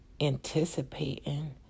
anticipating